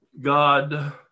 God